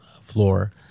floor